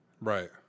Right